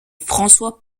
françois